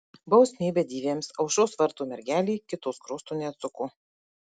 bausmė bedieviams aušros vartų mergelė kito skruosto neatsuko